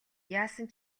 яасан